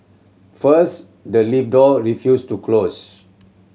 first the lift door refused to close